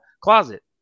closet